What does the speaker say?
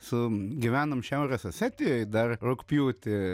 su gyvenom šiaurės osetijoj dar rugpjūtį